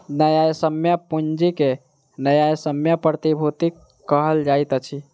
न्यायसम्य पूंजी के न्यायसम्य प्रतिभूति कहल जाइत अछि